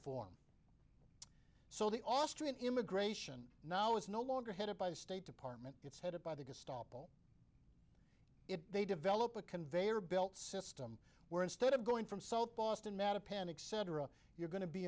form so the austrian immigration now is no longer headed by the state department it's headed by the gestapo if they develop a conveyor belt system where instead of going from south boston mass of panic cetera you're going to be